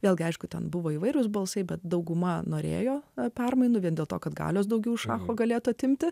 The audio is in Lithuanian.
vėlgi aišku ten buvo įvairūs balsai bet dauguma norėjo permainų vien dėl to kad galios daugiau šacho galėtų atimti